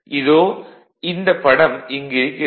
இதோ இந்தப் படம் இங்கு இருக்கிறது